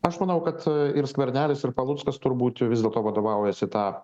aš manau kad ir skvernelis ir paluckas turbūt vis dėlto vadovaujasi ta